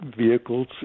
vehicles